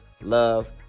love